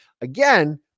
Again